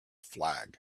flag